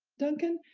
duncan,